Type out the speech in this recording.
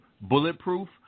bulletproof